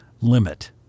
limit